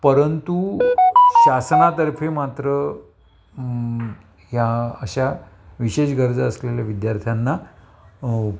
परंतु शासनातर्फी मात्र या अशा विशेष गरजा असलेल्या विद्यार्थ्यांना